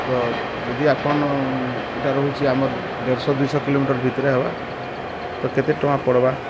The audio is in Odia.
ତ ଯଦି ଆପଣ ଏଇଟା ରହୁଛି ଆମର୍ ଦେଢ଼ ଶହ ଦୁଇ ଶହ କିଲୋମିଟର୍ ଭିତରେ ଆଏବା ତ କେତେ ଟଙ୍କା ପଡ଼୍ବା